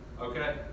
Okay